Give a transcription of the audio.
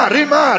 Rima